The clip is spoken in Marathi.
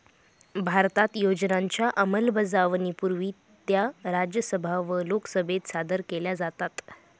भारतात योजनांच्या अंमलबजावणीपूर्वी त्या राज्यसभा व लोकसभेत सादर केल्या जातात